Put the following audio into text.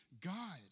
God